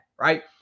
right